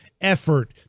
effort